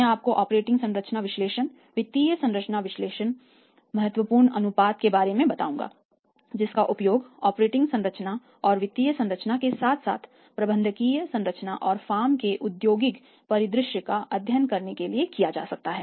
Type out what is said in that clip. मैं आपको ऑपरेटिंग संरचना विश्लेषण वित्तीय संरचना विश्लेषण महत्वपूर्ण अनुपात के बारे में सिखाऊंगा जिसका उपयोग ऑपरेटिंग संरचना और वित्तीय संरचना के साथ साथ प्रबंधकीय संरचना और फर्म के औद्योगिक परिदृश्य का अध्ययन करने के लिए किया जा सकता